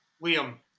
William